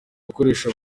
gukoresha